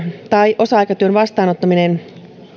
tai osa aikatyön vastaanottaminen